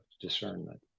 discernment